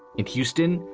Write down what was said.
in houston,